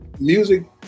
music